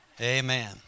Amen